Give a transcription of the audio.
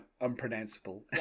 unpronounceable